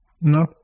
no